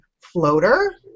floater